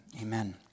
Amen